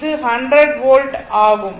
இது 100 வோல்ட் ஆகும்